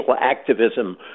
activism